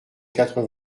quatre